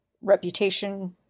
reputation